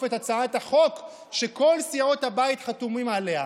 את הצעת החוק שכל סיעות הבית חתומות עליה.